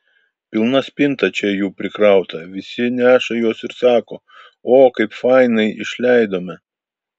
pilna spinta čia jų prikrauta visi neša juos ir sako o kaip fainai išleidome